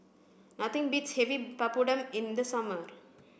nothing beats having Papadum in the summer